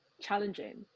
challenging